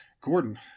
Gordon